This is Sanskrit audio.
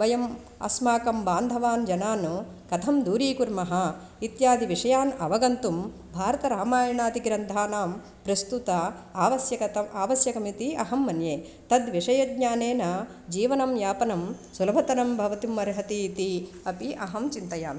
वयम् अस्माकं बान्धवान् जनान् कथं दूरीकुर्मः इत्यादि विषयान् अवगन्तुं भारतरामायणादि ग्रन्थानां प्रस्तुत आवश्यकं आवश्यकं इति अहं मन्ये तद्विषयज्ञानेन जीवनं यापनं सुलभतरं भवितुम् अर्हति इति अपि अहं चिन्तयामि